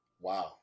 Wow